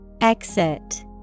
Exit